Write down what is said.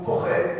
הוא פוחד,